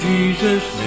Jesus